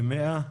כ-100?